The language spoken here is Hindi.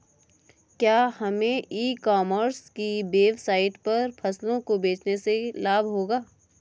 क्या हमें ई कॉमर्स की वेबसाइट पर फसलों को बेचने से लाभ होगा?